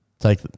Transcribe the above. Take